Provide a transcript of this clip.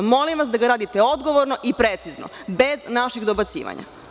Molim vas da ga radite odgovorno i precizno, bez naših dobacivanja.